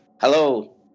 Hello